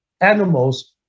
animals